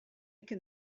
can